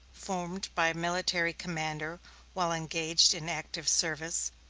formed by a military commander while engaged in active service,